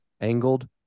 angled